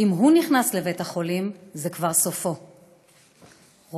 אם הוא נכנס לבית-החולים זה כבר סופו"; רופא: